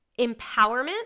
empowerment